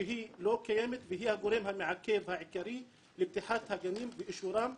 שהיא לא קיימת והיא הגורם המעכב העיקרי לפתיחת הגנים ואישורם.